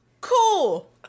Cool